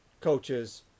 coaches